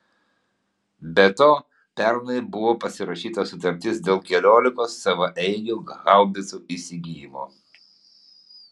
be to pernai buvo pasirašyta sutartis dėl keliolikos savaeigių haubicų įsigijimo